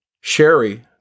Sherry